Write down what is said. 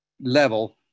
level